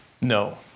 No